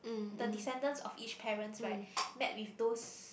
the descendants of each parents right met with those